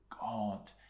God